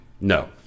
No